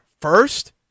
first